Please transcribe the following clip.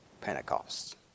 Pentecost